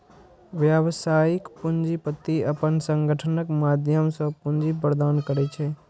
व्यावसायिक पूंजीपति अपन संगठनक माध्यम सं पूंजी प्रदान करै छै